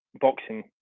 boxing